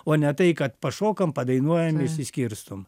o ne tai kad pašokam padainuojam išsiskirstom